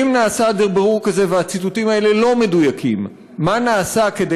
3. אם נעשה בירור כזה והציטוטים האלה לא מדויקים,